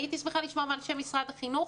אני הייתי שמחה לשמוע מאנשי משרד החינוך.